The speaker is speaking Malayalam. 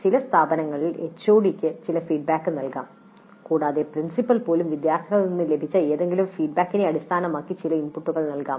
ചില സ്ഥാപനങ്ങളിൽ എച്ച്ഒഡിക്ക് ചില ഫീഡ്ബാക്ക് നൽകാം കൂടാതെ പ്രിൻസിപ്പൽ പോലും വിദ്യാർത്ഥികളിൽ നിന്ന് ലഭിച്ച ഏതെങ്കിലും ഫീഡ്ബാക്കിനെ അടിസ്ഥാനമാക്കി ചില ഇൻപുട്ടുകൾ നൽകാം